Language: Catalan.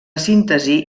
síntesi